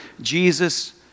Jesus